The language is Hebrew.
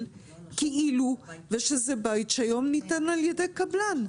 כאילו זה בית שניתן היום על-ידי קבלן.